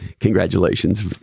congratulations